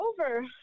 over